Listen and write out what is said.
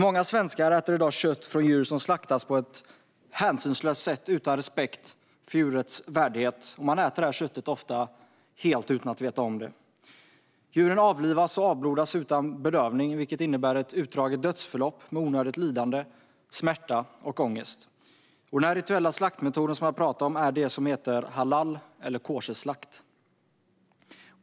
Många svenskar äter i dag kött från djur som slaktats på ett hänsynslöst sätt utan respekt för djurets värdighet, och man äter köttet ofta helt utan att veta om detta. Djuren avlivas och avblodas utan bedövning, vilket innebär ett utdraget dödsförlopp med onödigt lidande, smärta och ångest. Den rituella slaktmetoden jag pratar om är det som heter halal eller koscherslakt.